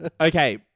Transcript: Okay